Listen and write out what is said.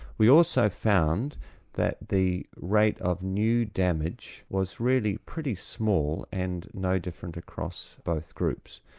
we also found that the rate of new damage was really pretty small and no different across both groups.